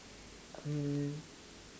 mm